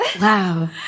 wow